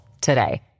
today